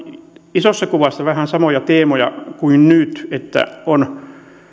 isossa kuvassa vähän samoja teemoja kuin nyt että on